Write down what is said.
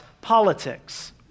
politics